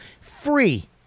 free